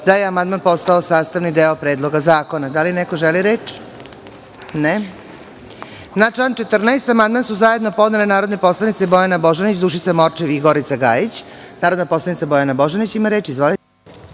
da je amandman postao sastavni deo Predloga zakona. Da li još neko želi reč? (Ne.)Na član 14. amandman su zajedno podnele narodni poslanici Bojana Božanić, Dušica Morčev i Gorica Gajić. Narodna poslanica Bojana Božanić ima reč.